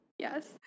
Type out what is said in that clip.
Yes